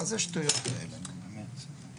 מה זה השטויות האלה נו באמת?